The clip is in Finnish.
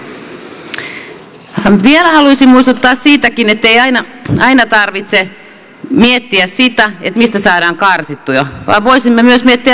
vielä haluaisin muistuttaa siitäkin ettei aina tarvitse miettiä sitä mistä saadaan karsittua vaan voisimme myös miettiä lisätuloja